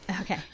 Okay